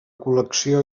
col·lecció